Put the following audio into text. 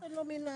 איזה נומינלי?